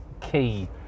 key